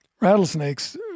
rattlesnakes